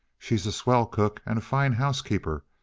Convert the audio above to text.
she's a swell cook, and a fine housekeeper,